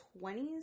20s